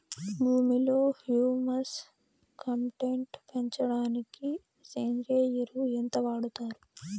భూమిలో humus content పెంచడానికి సేంద్రియ ఎరువు ఎంత వాడుతారు